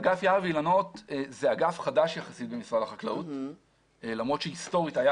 אגף יער ואילנות הוא אגף חדש יחסית במשרד החקלאות למרות שהיסטורית היה